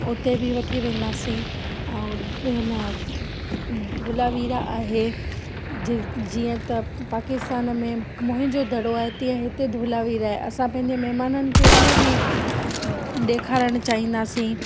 उते बि वठी वेंदासीं ऐं हिन ध धोलावीरा आहे जी जीअं त पाकिस्तान में मोहन जो दड़ो आहे तीअं हिते धोलावीरा आहे असां पंहिंजे महिमाननि खे उहो बि ॾेखारणु चाहींदासीं